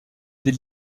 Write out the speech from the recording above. des